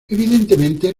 evidentemente